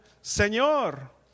Señor